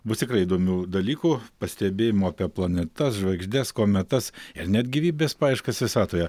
bus tikrai įdomių dalykų pastebėjimų apie planetas žvaigždes kometas ir net gyvybės paieškas visatoje